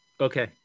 Okay